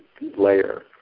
layer